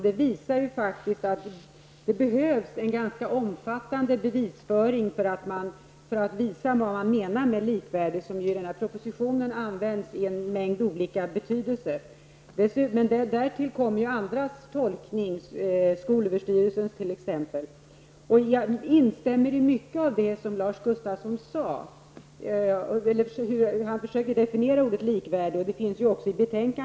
Det visar att det behövs en ganska omfattande bevisföring för att klarlägga vad man menar med ''likvärdig'', som i propositionen används i en mängd olika betydelser. Därtill kommer andras tolkning, skolöverstyrelsens t.ex. Jag instämmer i mycket av det som Lars Gustafsson sade.